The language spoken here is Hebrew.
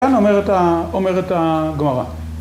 ‫כן, אומרת הגמרא.